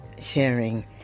sharing